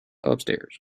upstairs